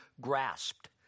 grasped